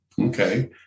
Okay